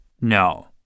No